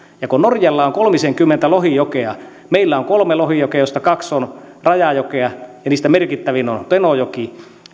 neuvottelussa kun norjalla on kolmisenkymmentä lohijokea ja meillä on kolme lohijokea joista kaksi on rajajokea niistä merkittävin on tenojoki